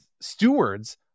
stewards